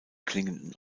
klingenden